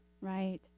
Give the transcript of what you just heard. Right